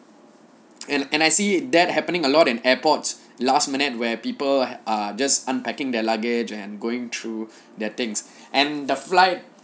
and and I see that happening a lot in airports last minute where people are just unpacking their luggage and going through their things and the flight